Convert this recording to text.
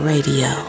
Radio